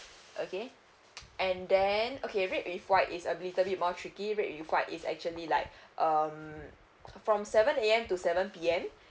okay and then okay red with white is a little bit more tricky red with white is actually like um from seven A_M to seven P_M